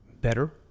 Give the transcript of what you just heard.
better